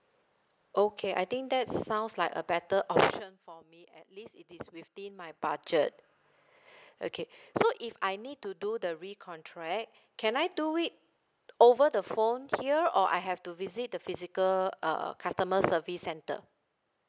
okay I think that sounds like a better option for me at least it is within my budget okay so if I need to do the recontract can I do it over the phone here or I have to visit the physical uh customer service centre